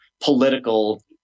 political